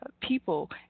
people